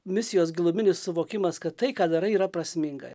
misijos giluminis suvokimas kad tai ką darai yra prasminga